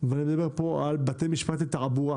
ואני מדבר כאן על בתי המשפט לתעבורה.